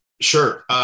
Sure